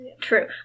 True